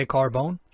Carbone